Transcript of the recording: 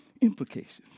implications